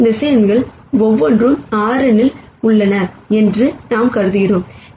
இந்த வெக்டார் ஒவ்வொன்றும் R n இல் உள்ளன என்று நாம் கருதுவோம்